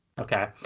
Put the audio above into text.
Okay